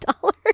dollars